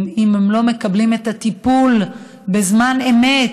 אם הם לא מקבלים את הטיפול בזמן אמת,